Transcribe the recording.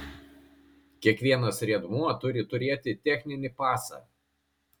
kiekvienas riedmuo turi turėti techninį pasą